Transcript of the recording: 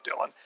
Dylan